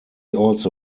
also